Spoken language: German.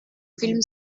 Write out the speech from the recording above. film